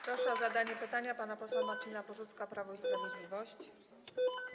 Proszę o zadanie pytania pana posła Marcina Porzucka, Prawo i Sprawiedliwość.